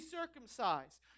circumcised